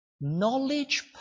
Knowledge